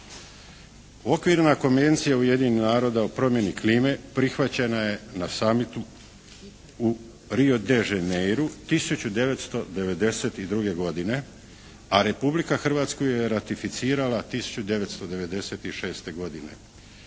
Okvirna konvencija Ujedinjenih naroda o promjeni klime prihvaćena je na summitu u Rio de Jeneiru 1992. godine, a Republika Hrvatska ju je ratificirala 1996. godine